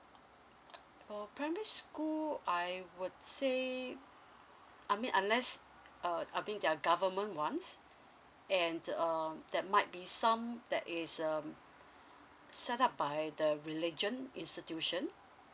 for primary school I would say I mean unless uh I mean their government wants and um that might be some that is um set up by the religion institution